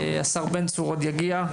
השר בן צור עוד יגיע,